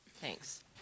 thanks